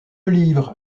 livre